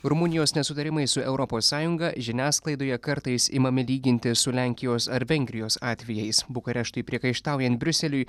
rumunijos nesutarimai su europos sąjunga žiniasklaidoje kartais imami lyginti su lenkijos ar vengrijos atvejais bukareštui priekaištaujant briuseliui